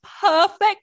perfect